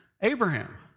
Abraham